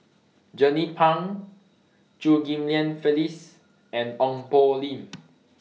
Jernnine Pang Chew Ghim Lian Phyllis and Ong Poh Lim